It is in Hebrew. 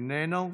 איננו,